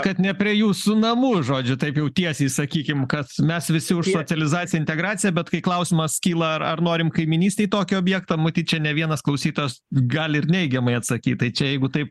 kad ne prie jūsų namų žodžiu taip jau tiesiai sakykim kad mes visi už socializaciją integraciją bet kai klausimas kyla ar ar norim kaimynystėj tokio objekto matyt čia ne vienas klausytojas gali ir neigiamai atsakyt tai čia jeigu taip